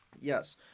Yes